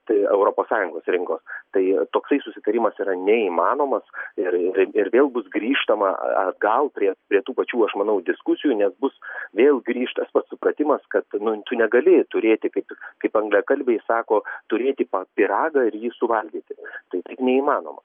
tai europos sąjungos rinkos tai toksai susitarimas yra neįmanomas ir ir vėl bus grįžtama atgal prie prie tų pačių aš manau diskusijų nes bus vėl grįš tas pats supratimas kad nu tu negali turėti kaip kaip anglakalbiai sako turėti pa pyragą ir jį suvalgyti tai taip neįmanoma